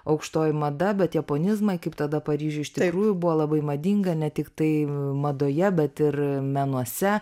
aukštoji mada bet jeponizmai kaip tada paryžiuje ištremtųjų buvo labai madinga ne tiktai madoje bet ir menuose